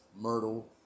Myrtle